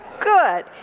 Good